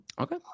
Okay